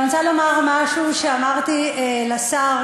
ואני רוצה לומר משהו שאמרתי לשר,